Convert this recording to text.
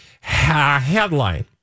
Headline